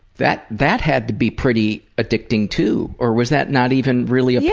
that that had to be pretty addicting, too. or was that not even really a yeah